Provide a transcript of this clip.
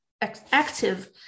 active